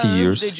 years